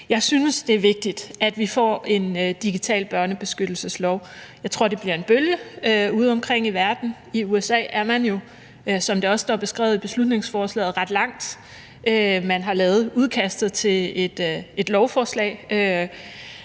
Jeg synes, det er vigtigt, at vi får en digital børnebeskyttelseslov. Jeg tror, det bliver en bølge udeomkring i verden. I USA er man jo, som det også står beskrevet i beslutningsforslaget, ret langt. Man har lavet udkastet til et lovforslag,